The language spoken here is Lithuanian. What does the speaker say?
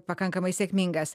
pakankamai sėkmingas